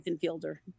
Fielder